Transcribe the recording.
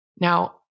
Now